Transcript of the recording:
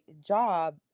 job